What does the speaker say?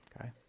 Okay